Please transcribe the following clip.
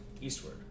eastward